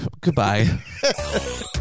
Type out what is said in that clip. Goodbye